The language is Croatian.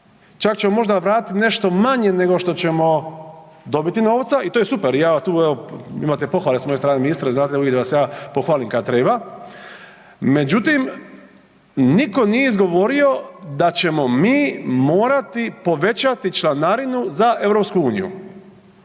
čak ćemo možda vratiti nešto manje nego što ćemo dobiti novca i to je super i ja tu evo imate pohvale s moje strane ministre znate uvijek da vas ja pohvalim kad treba, međutim nitko nije izgovorio da ćemo mi morati povećati članarinu za EU.